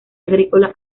agrícola